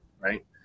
right